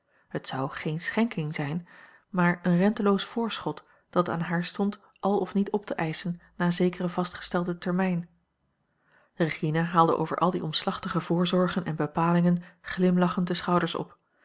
het zou geen schenking zijn maar een renteloos voorschot dat aan haar stond al of niet op te eischen na zekeren vastgestelden termijn regina haalde over al die omslachtige voorzorgen en bepalingen glimlachend de schouders op